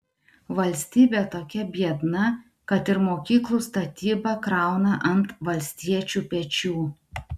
valstybė tokia biedna kad ir mokyklų statybą krauna ant valstiečių pečių